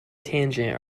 tangent